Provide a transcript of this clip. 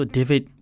David